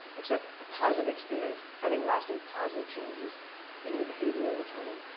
except a positive experience having lasting positive changes in your behavior over time.